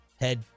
head